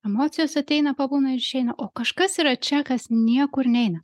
emocijos ateina pabūna ir išeina o kažkas yra čia kas niekur neina